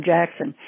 Jackson